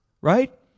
Right